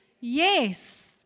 Yes